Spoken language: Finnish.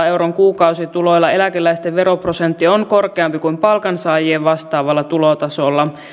euron kuukausituloilla eläkeläisten veroprosentti on korkeampi kuin palkansaajien vastaavalla tulotasolla